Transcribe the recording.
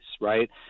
right